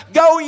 go